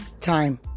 time